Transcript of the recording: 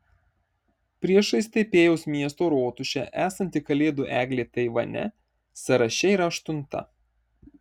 priešais taipėjaus miesto rotušę esanti kalėdų eglė taivane sąraše yra aštunta